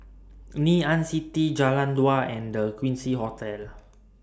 Ngee Ann City Jalan Dua and The Quincy Hotel